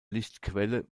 lichtquelle